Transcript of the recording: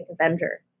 Avenger